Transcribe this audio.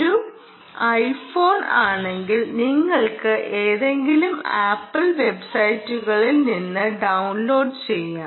ഒരു ഐഫോൺ ആണെങ്കിൽ നിങ്ങൾക്ക് ഏതെങ്കിലും ആപ്പിൾ വെബ്സൈറ്റുകളിൽ നിന്ന് ഡൌൺലോഡുചെയ്യാം